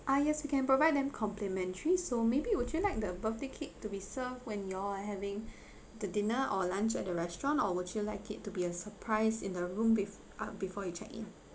uh yes we can provide them complimentary so maybe would you like the birthday cake to be served when you're having the dinner or lunch at the restaurant or would you like it to be a surprise in a room with uh before you check in